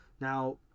Now